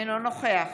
אינו נוכח